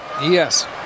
Yes